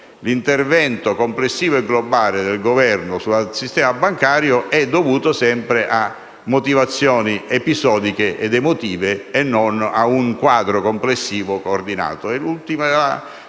l'intervento complessivo e globale del Governo sul sistema bancario sia dovuto sempre a motivazioni episodiche ed emotive e non a un quadro complessivo e coordinato.